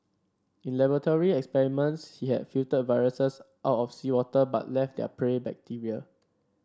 in laboratory experiments he had filtered viruses out of seawater but left their prey bacteria